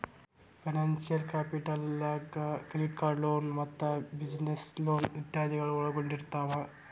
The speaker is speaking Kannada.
ಫೈನಾನ್ಸಿಯಲ್ ಕ್ಯಾಪಿಟಲ್ ನ್ಯಾಗ್ ಕ್ರೆಡಿಟ್ಕಾರ್ಡ್ ಲೊನ್ ಮತ್ತ ಬಿಜಿನೆಸ್ ಲೊನ್ ಇತಾದಿಗಳನ್ನ ಒಳ್ಗೊಂಡಿರ್ತಾವ